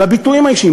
על הביטויים האישיים.